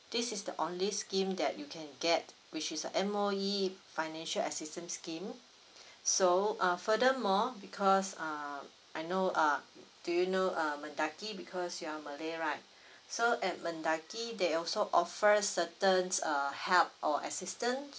this is the only scheme that you can get which is a M_O_E financial assistance scheme so uh furthermore because uh I know uh do you know uh mendaki because you're malay right so at mendaki they also offer certain uh help or assistance